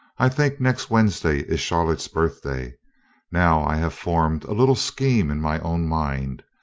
i think next wednesday is charlotte's birth day now i have formed a little scheme in my own mind,